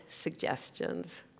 suggestions